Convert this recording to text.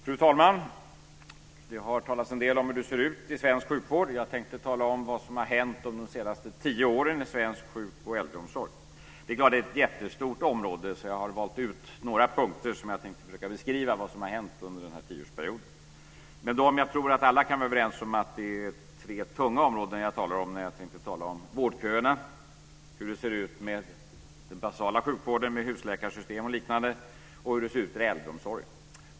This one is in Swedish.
Fru talman! Det har talats en del om hur det ser ut i svensk sjukvård, och jag tänker tala om vad som har hänt under de senaste tio åren i svensk sjukvård och äldreomsorg. Det är ett jättestort område, och jag har därför valt ut några punkter där jag tänker beskriva vad som har hänt under tioårsperioden. Jag tror att alla kan vara överens om att det är tunga områden som jag tänker tala om: vårdköerna, hur det ser ut med den basala sjukvården med husläkarsystem och liknande och hur det ser ut inom äldreomsorgen.